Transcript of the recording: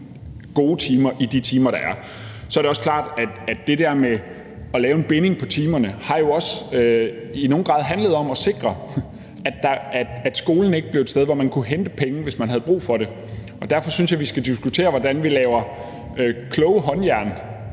gode timer i de timer, der er. Så er det også klart, at det der med at lave en binding på timerne jo også i nogen grad har handlet om at sikre, at skolen ikke blev et sted, hvor man kunne hente penge, hvis man havde brug for det. Derfor synes jeg, vi skal diskutere, hvordan vi laver kloge håndtag